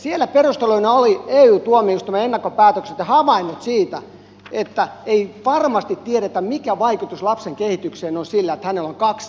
siellä perusteluina olivat ey tuomioistuimen ennakkopäätökset ja havainnot siitä että ei varmasti tiedetä mikä vaikutus lapsen kehitykseen on sillä että hänellä on kaksi äitiä tai kaksi isää pelkästään